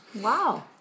Wow